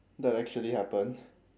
that actually happened